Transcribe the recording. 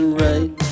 right